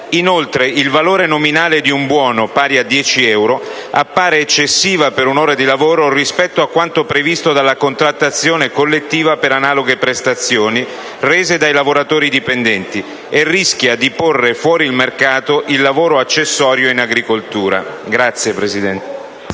Inoltre, il valore nominale di un buono pari a dieci euro appare eccessivo per un'ora di lavoro rispetto a quanto previsto dalla contrattazione collettiva per analoghe prestazioni rese dai lavoratori dipendenti e rischia di porre fuori mercato il lavoro accessorio in agricoltura.